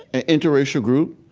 an interracial group,